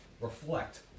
Reflect